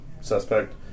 suspect